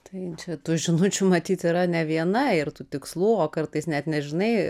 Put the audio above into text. tai čia tų žinučių matyt yra ne viena ir tų tikslų o kartais net nežinai